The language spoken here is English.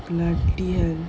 bloody hell